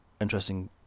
interesting